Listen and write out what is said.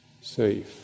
safe